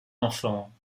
enfants